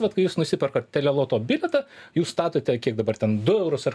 vat kai jūs nusiperkat teleloto bilietą jūs statote kiek dabar ten du eurus ar